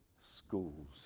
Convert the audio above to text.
schools